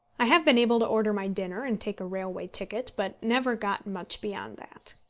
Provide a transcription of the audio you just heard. i have been able to order my dinner and take a railway ticket, but never got much beyond that.